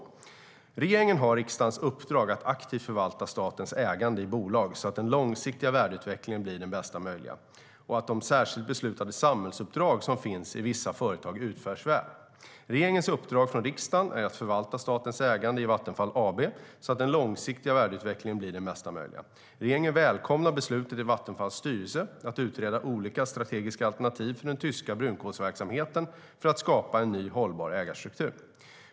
Regeringen har riksdagens uppdrag att aktivt förvalta statens ägande i bolag så att den långsiktiga värdeutvecklingen blir den bästa möjliga och att de särskilt beslutade samhällsuppdrag som finns i vissa företag utförs väl. Regeringens uppdrag från riksdagen är att förvalta statens ägande i Vattenfall AB så att den långsiktiga värdeutvecklingen blir den bästa möjliga. Regeringen välkomnar beslutet i Vattenfalls styrelse att utreda olika strategiska alternativ för den tyska brunkolsverksamheten för att skapa en ny hållbar ägarstruktur.